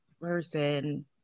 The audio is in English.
person